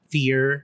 fear